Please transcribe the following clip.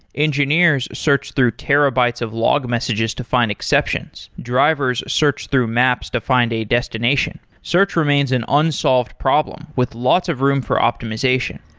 engineers search through terabytes of log messages to find exceptions. drivers search through maps to find a destination. search remains an unsolved problem with lots of room for optimization.